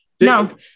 No